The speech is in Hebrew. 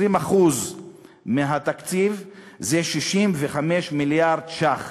20% מהתקציב זה 65 מיליארד ש"ח.